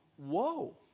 whoa